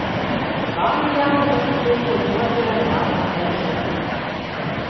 dvarui jakobas nupirko juodbėrą jauną eržilą